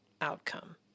outcome